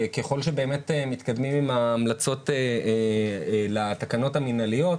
והוא שככל שבאמת מתקדמים עם ההמלצות לתקנות המנהליות,